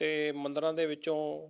ਅਤੇ ਮੰਦਰਾਂ ਦੇ ਵਿੱਚੋਂ